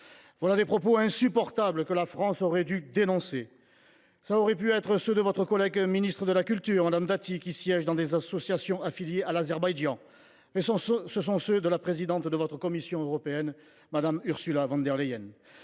Voilà des propos insupportables, que la France aurait dû dénoncer ! Monsieur le ministre, ils auraient pu être tenus par votre collègue ministre de la culture, Mme Dati, qui siège dans des associations affiliées à l’Azerbaïdjan, mais ce sont ceux de la présidente de votre Commission européenne, Mme Ursula von der Leyen.